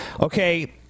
Okay